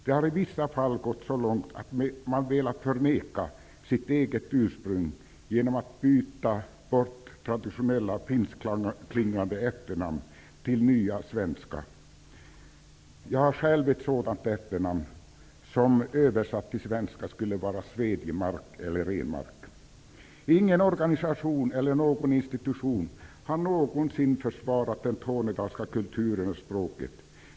Det har i vissa fall gått så långt att man velat förneka sitt ursprung genom att byta traditionella finskklingande efternamn till nya svenska. Jag har själv ett sådant efternamn, som översatt till svenska skulle bli Svedjemark eller Ingen organisation eller institution har någonsin försvarat den tornedalska kulturen och det tornedalska språket.